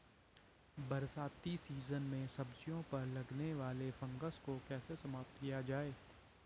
बरसाती सीजन में सब्जियों पर लगने वाले फंगस को कैसे समाप्त किया जाए?